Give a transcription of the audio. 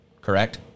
correct